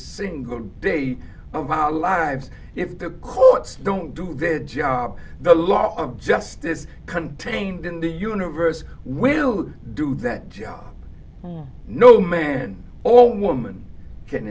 single day of our lives if the courts don't do their job the law of justice contained in the universe will do that job no man or woman can